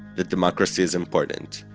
that democracy is important,